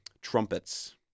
trumpets